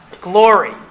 glory